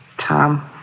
Tom